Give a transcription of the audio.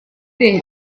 day